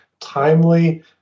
timely